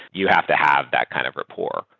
you have to have that kind of rapport.